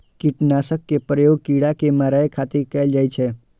कीटनाशक के प्रयोग कीड़ा कें मारै खातिर कैल जाइ छै